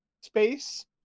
Space